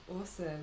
awesome